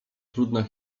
trudna